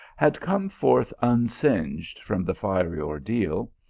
had come forth unsinged from the fiery ordeal,